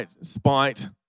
spite